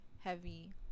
heavy